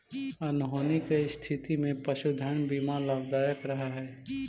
अनहोनी के स्थिति में पशुधन बीमा लाभदायक रह हई